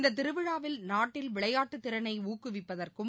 இந்த திருவிழாவில் நாட்டில் விளையாட்டுத் திறனை ஊக்குவிப்பதற்கும்